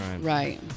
Right